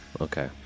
Okay